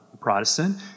Protestant